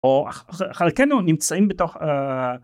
או חלקנו נמצאים בתוך...